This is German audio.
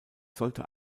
sollte